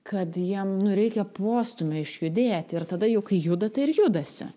kad jiem nu reikia postūmio išjudėti ir tada jau kai juda tai ir judasi